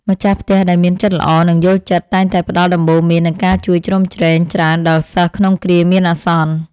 ម្ចាស់ផ្ទះដែលមានចិត្តល្អនិងយល់ចិត្តតែងតែផ្តល់ដំបូន្មាននិងការជួយជ្រោមជ្រែងច្រើនដល់សិស្សក្នុងគ្រាមានអាសន្ន។